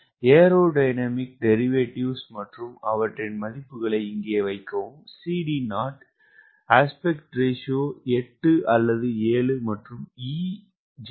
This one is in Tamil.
ஏரோடைனமிக் டெரிவேடிவ்கள் மற்றும் அவற்றின் மதிப்புகளை இங்கே வைக்கவும் CD0 AR 8 அல்லது 7 மற்றும் e 0